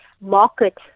market